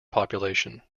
population